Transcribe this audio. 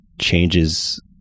changes